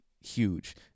huge